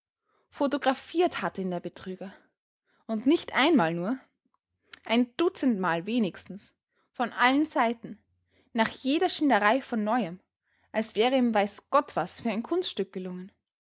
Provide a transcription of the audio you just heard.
photographiert hatte ihn der betrüger und nicht einmal nur ein dutzend mal wenigstens von allen seiten nach jeder schinderei von neuem als wäre ihm weiß gott was für ein kunststück gelungen